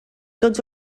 tots